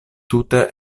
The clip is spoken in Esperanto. tute